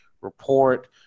report